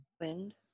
wind